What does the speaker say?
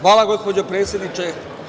Hvala, gospođo predsednice.